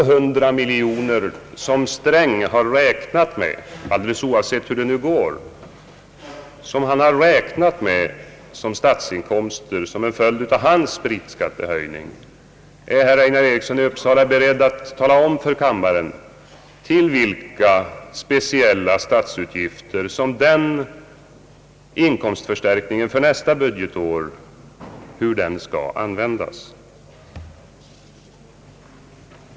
Herr Sträng har räknat med 200 miljoner kronor såsom statsinkomster som en följd av hans spritskattehöjning. Är herr Einar Eriksson beredd att tala om för kammaren, till vilka speciella statsutgifter denna inkomstförstärkning för nästa budgetår skulle användas?